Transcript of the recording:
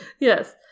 Yes